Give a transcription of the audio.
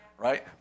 right